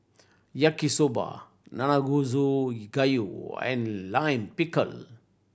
Yaki Soba Nanakusa Gayu and Lime Pickle